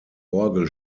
orgel